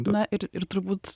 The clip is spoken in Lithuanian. na ir ir turbūt